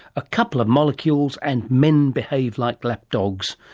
a couple of molecules and men behave like lapdogs.